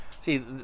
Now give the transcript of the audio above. see